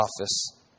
office